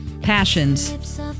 Passions